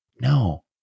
No